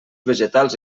vegetals